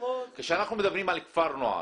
כשאנחנו מדברים על כפר נוער